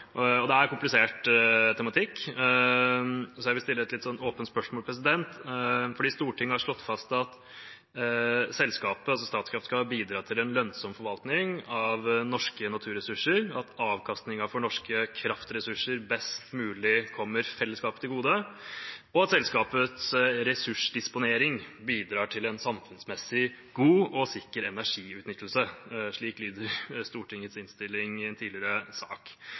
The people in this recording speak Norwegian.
Riksrevisjonen. Det er komplisert tematikk, så jeg vil stille et litt åpent spørsmål. Stortinget har slått fast at selskapet, altså Statkraft: «skal bidra til en lønnsom forvaltning av norske naturressurser og at avkastningen for norske kraftressurser best mulig kommer fellesskapet til gode og at selskapets ressursdisponering bidrar til en samfunnsmessig god og sikker energiutnyttelse.» Slik lyder Stortingets innstilling i en tidligere sak.